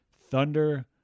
Thunder